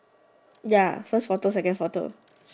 ya first photo second photo